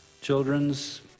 children's